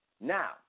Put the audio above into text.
Now